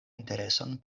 intereson